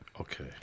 Okay